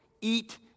Eat